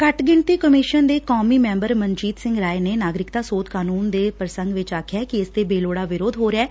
ਘੱਟ ਗਿਣਤੀ ਕਮਿਸ਼ਨ ਦੇ ਕੌਮੀ ਸੈਂਬਰ ਮਨਜੀਤ ਸਿੰਘ ਰਾਏ ਨੇ ਨਾਗਰਿਕਤਾ ਸੋਧ ਕਾਨੂੰਨ ਦੇ ਪ੍ਰਸੰਗ ਵਿੱਚ ਆਖਿਆ ਕਿ ਇਸ ਤੇ ਬੇਲੋੜਾ ਵਿਰੋਧ ਹੋ ਰਿਹੈ